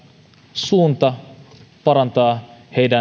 suunta parantaa